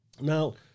Now